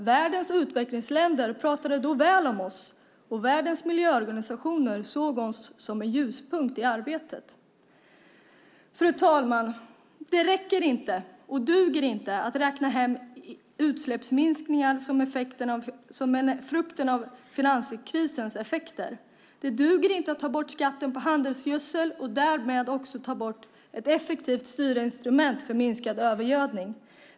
Världens utvecklingsländer pratade då väl om oss, och världens miljöorganisationer såg oss som en ljuspunkt i arbetet. Fru talman! Det duger inte att räkna hem utsläppsminskningar som frukten av finanskrisens effekter. Det duger inte att ta bort skatten på handelsgödsel och därmed också ta bort ett effektivt styrinstrument för minskad övergödning.